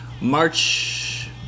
March